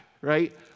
right